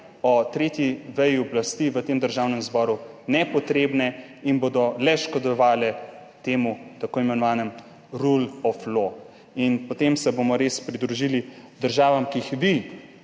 o tretji veji oblasti v Državnem zboru, nepotrebne in bodo le škodovale temu tako imenovanemu rule of law in potem se bomo res pridružili državam, ki jih vi,